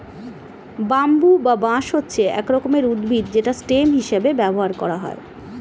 bamboo বা বাঁশ হচ্ছে এক রকমের উদ্ভিদ যেটা স্টেম হিসেবে ব্যবহার করা হয়